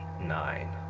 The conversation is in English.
Nine